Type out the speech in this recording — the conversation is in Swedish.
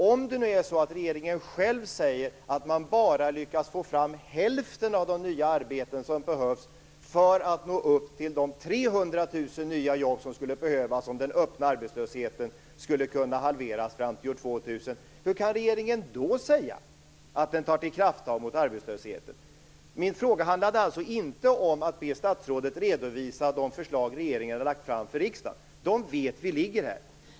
Om nu regeringen själv säger att man bara lyckas få fram hälften av de nya arbeten som behövs för att nå upp till de 300 000 jobb som skulle behövas för att halvera den öppna arbetslösheten fram till år 2000, hur kan regeringen då säga att man tar till krafttag mot arbetslösheten? Min fråga handlade alltså inte om att be statsrådet redovisa de förslag regeringen har lagt fram för riksdagen. De vet vi ligger här.